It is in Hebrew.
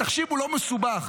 התחשיב לא מסובך,